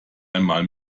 einmal